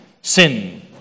sin